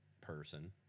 person